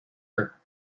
her